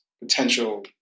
potential